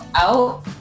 out